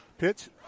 pitch